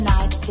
Night